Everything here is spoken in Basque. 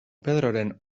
pedroren